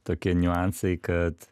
tokie niuansai kad